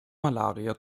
malaria